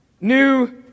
new